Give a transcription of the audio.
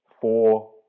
four